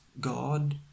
God